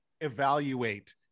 evaluate